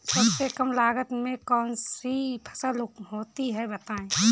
सबसे कम लागत में कौन सी फसल होती है बताएँ?